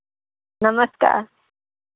नमस्कार